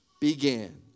began